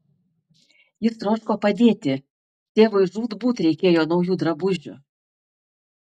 jis troško padėti tėvui žūtbūt reikėjo naujų drabužių